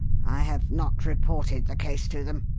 i have not reported the case to them.